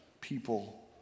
people